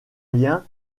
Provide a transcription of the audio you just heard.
rien